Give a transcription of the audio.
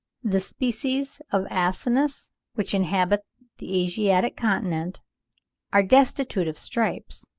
the species of asinus which inhabit the asiatic continent are destitute of stripes,